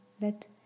let